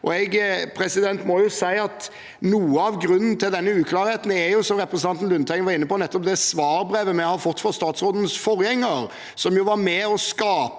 ser det. Jeg må si at noe av grunnen til denne uklarheten er, som representanten Lundteigen var inne på, nettopp det svarbrevet vi har fått fra statsrådens forgjenger, som var med på å skape